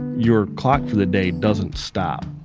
your clock for the day doesn't stop